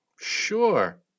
Sure